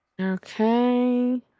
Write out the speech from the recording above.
Okay